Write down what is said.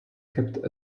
kept